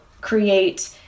create